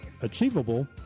achievable